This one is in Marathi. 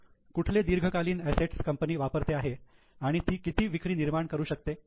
तर कुठले दीर्घकालीन असेट्स कंपनी वापरते आहे आणि ती किती विक्री निर्माण करू शकते